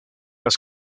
las